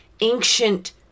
ancient